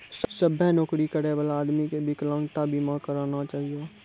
सभ्भे नौकरी करै बला आदमी के बिकलांगता बीमा करना चाहियो